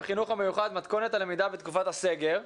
"החינוך המיוחד מתכונת הלמידה בתקופת הסגר".